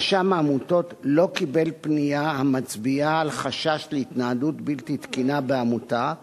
רשם העמותות לא קיבל פנייה המצביעה על חשש להתנהלות בלתי תקינה בעמותה,